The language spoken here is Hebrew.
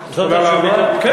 זה ברור, אבל, זאת התשובה?